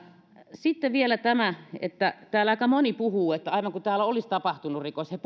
sitten vielä tämä että täällä aika moni puhuu niin että aivan kuin täällä olisi tapahtunut rikos he